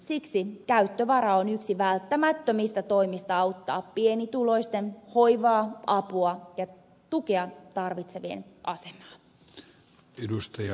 siksi käyttövara on yksi välttämättömistä toimista auttaa pienituloisten hoivaa apua ja tukea tarvitsevien asemaa